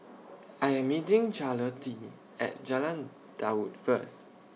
I Am meeting Charlottie At Jalan Daud First